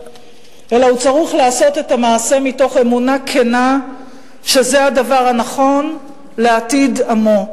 אלא הוא צריך לעשות את המעשה מתוך אמונה כנה שזה הדבר הנכון לעתיד עמו,